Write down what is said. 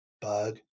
Bug